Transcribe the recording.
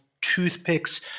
toothpicks